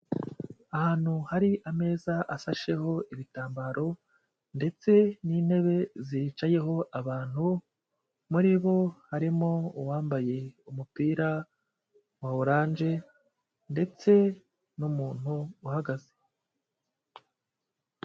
Ahantu hari ameza asasheho ibitambaro, ndetse n'intebe zicayeho abantu, muri bo harimo uwambaye umupira wa orange, ndetse n'umuntu uhagaze.